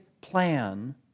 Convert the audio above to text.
plan